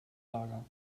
lager